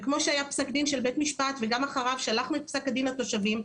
וכמו שהיה פסק דין של בית משפט וגם אחריו שלחנו את פסק הדין לתושבים,